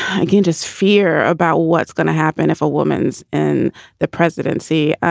i can't just fear about what's going to happen if a woman's and the presidency,